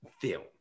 film